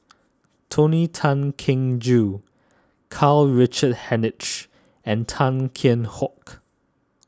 Tony Tan Keng Joo Karl Richard Hanitsch and Tan Kheam Hock